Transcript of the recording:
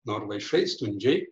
norvaišai stundžiai